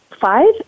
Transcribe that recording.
five